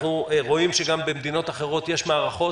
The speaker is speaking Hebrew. אנחנו רואים שגם במדינות אחרות יש מערכות